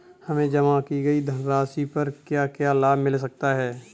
हमें जमा की गई धनराशि पर क्या क्या लाभ मिल सकता है?